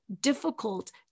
difficult